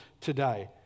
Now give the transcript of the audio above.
today